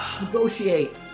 negotiate